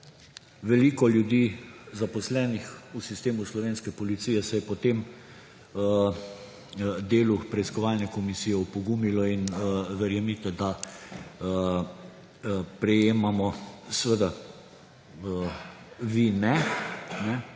Veliko ljudi, zaposlenih v sistemu slovenske policije, se je po tem delu preiskovalne komisije opogumilo in verjemite, da prejemamo ‒ seveda vi ne